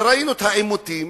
וראינו את העימותים